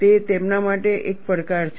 તે તેમના માટે એક પડકાર છે